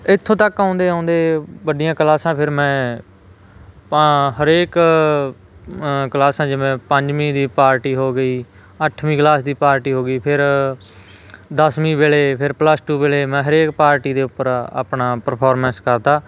ਇੱਥੋਂ ਤੱਕ ਆਉਂਦੇ ਆਉਂਦੇ ਵੱਡੀਆਂ ਕਲਾਸਾਂ ਫਿਰ ਮੈਂ ਪਾ ਹਰੇਕ ਅ ਕਲਾਸਾਂ ਜਿਵੇਂ ਪੰਜਵੀਂ ਦੀ ਪਾਰਟੀ ਹੋ ਗਈ ਅੱਠਵੀਂ ਕਲਾਸ ਦੀ ਪਾਰਟੀ ਹੋ ਗਈ ਫਿਰ ਦਸਵੀਂ ਵੇਲੇ ਫਿਰ ਪਲਸ ਟੂ ਵੇਲੇ ਮੈਂ ਹਰੇਕ ਪਾਰਟੀ ਦੇ ਉੱਪਰ ਆਪਣਾ ਪਰਫੋਰਮੈਂਸ ਕਰਦਾ